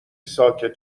ساکت